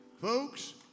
Folks